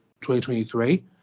2023